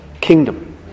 kingdom